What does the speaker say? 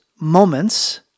moments